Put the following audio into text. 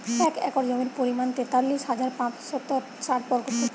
এক একর জমির পরিমাণ তেতাল্লিশ হাজার পাঁচশত ষাট বর্গফুট